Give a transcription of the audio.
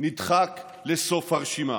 נדחק לסוף הרשימה.